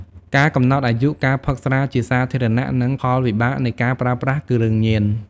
ការកំណត់អាយុ ការផឹកស្រាជាសាធារណៈ និងផលវិបាកនៃការប្រើប្រាស់គ្រឿងញៀន។